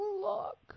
look